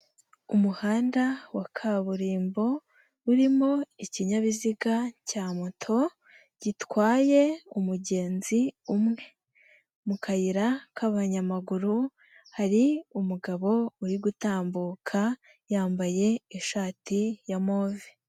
Umuhanda wa kaburimbo urimo ikinyabiziga cya moto gitwaye umugenzi umwe mu kayira k'abanyamaguru hari umugabo uri gutambuka yambaye ishati ya move.